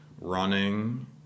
running